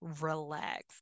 Relax